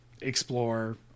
explore